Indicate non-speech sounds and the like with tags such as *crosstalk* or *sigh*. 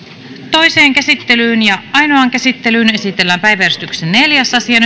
toiseen käsittelyyn ja ainoaan käsittelyyn esitellään päiväjärjestyksen neljäs asia *unintelligible*